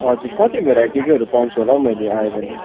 हजुर कति भेराइटीकोहरू पाउँछु होला हौ मैले आएँ भने